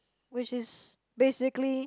which is basically